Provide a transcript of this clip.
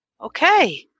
Okay